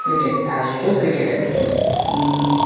cricket as usual క్రికెటే